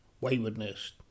waywardness